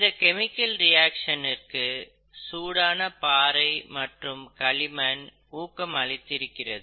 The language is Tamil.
இந்த கெமிக்கல் ரியாக்ஷனிற்கு சூடான பாறை மற்றும் களிமண் ஊக்கம் அளித்திருக்கிறது